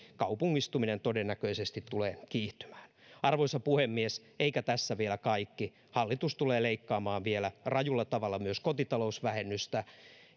kaupungistuminen todennäköisesti tulee kiihtymään arvoisa puhemies eikä tässä vielä kaikki hallitus tulee leikkaamaan vielä rajulla tavalla myös kotitalousvähennystä